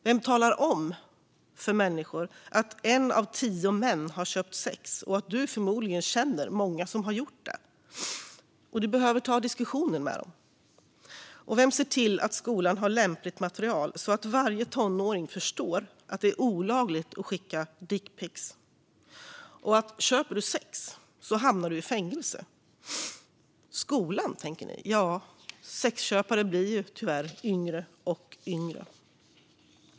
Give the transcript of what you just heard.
Vem talar om för människor att en av tio män har köpt sex, att du förmodligen känner många som har gjort det, och att du behöver ta diskussionen med dem? Vem ser till att skolan har lämpligt material så att varje tonåring förstår att det är olagligt att skicka dickpicks, och att köper du sex hamnar du i fängelse? Skolan, tänker ni? Ja, sexköpare blir tyvärr yngre och yngre.